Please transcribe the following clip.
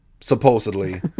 supposedly